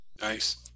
Nice